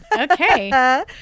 okay